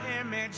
image